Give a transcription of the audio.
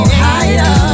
higher